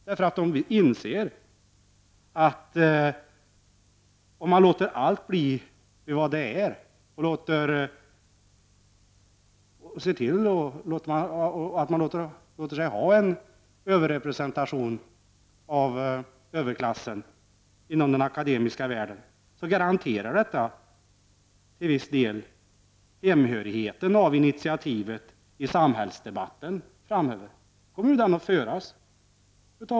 De inser att om man låter allt förbli vid det gamla och tillåter sig att ha en överrepresentation av överklassen inom den akademiska världen, så garanterar detta till viss del hemhörigheten av initiativet i samhällsdebatten framöver och hur den skall föras.